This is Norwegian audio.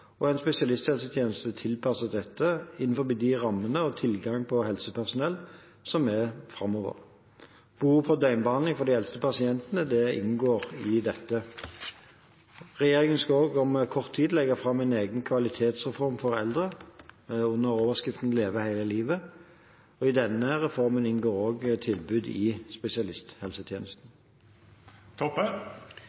og en spesialisthelsetjeneste tilpasset dette, innenfor de rammene og tilgang på helsepersonell som er framover. Behovet for døgnbehandling for de eldste pasientene inngår i dette. Regjeringen skal også om kort tid legge fram en egen kvalitetsreform for eldre, under overskriften Leve hele livet. I denne reformen inngår også tilbud i spesialisthelsetjenesten.